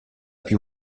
più